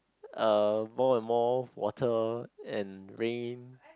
uh more and more water and rain